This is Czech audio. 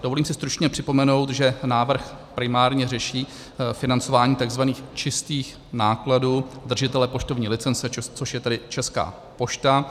Dovolím si stručně připomenout, že návrh primárně řeší financování takzvaných čistých nákladů držitele poštovní licence, což je tedy Česká pošta.